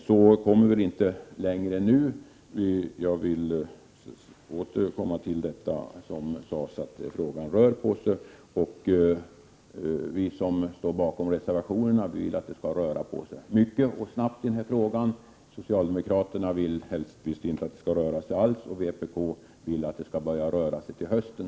Jag tror att vi nu inte kommer längre — men, som tidigare sades, frågan rör på sig. Vi som står bakom reservationerna vill att det i den här frågan skall röra på sig mycket och snabbt. Socialdemokraterna vill helst att det inte skall röra sig alls, och vpk vill att det skall börja röra på sig till hösten.